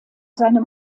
seinem